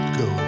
go